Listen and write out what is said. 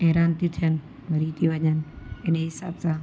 हैरान थी थियनि मरी थी वञनि इन जे हिसाब सां